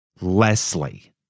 Leslie